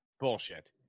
Bullshit